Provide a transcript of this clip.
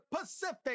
Pacific